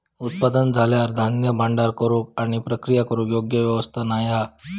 उत्पादन झाल्यार धान्य भांडार करूक आणि प्रक्रिया करूक योग्य व्यवस्था नाय हा